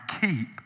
keep